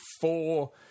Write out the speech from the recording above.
four